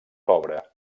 pobre